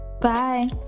Bye